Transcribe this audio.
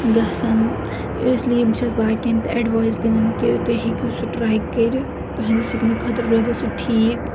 گژھان اس لیے بہٕ چھس باقی ین تہِ اڈوایس دِوان کہ تۄہۍ ہیکو سہُ ٹرے کرتھ تُہنزِ سکنہٕ خٲطرٕ روزِ سُہ ٹھیک